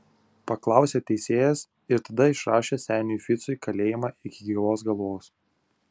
paklausė teisėjas ir tada išrašė seniui ficui kalėjimą iki gyvos galvos